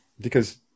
because-